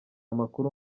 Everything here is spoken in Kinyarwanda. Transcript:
amakuru